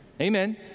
Amen